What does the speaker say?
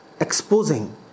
exposing